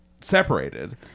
separated